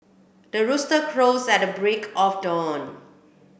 the rooster crows at break of dawn